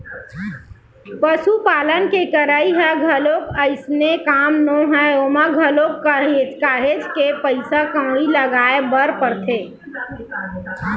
पसुपालन के करई ह घलोक अइसने काम नोहय ओमा घलोक काहेच के पइसा कउड़ी लगाय बर परथे